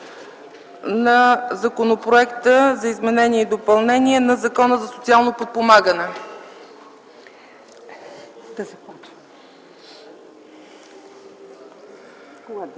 на Законопроекта за изменение и допълнение на Закона за социално подпомагане.